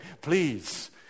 please